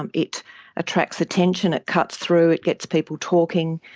um it attracts attention, it cuts through, it gets people talking,